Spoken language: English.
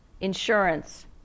insurance